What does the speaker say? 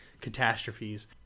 catastrophes